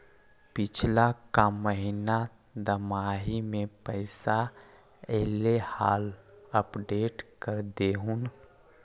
पिछला का महिना दमाहि में पैसा ऐले हाल अपडेट कर देहुन?